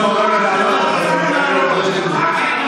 זכותך למחות, רק תן לו לסיים.